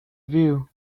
view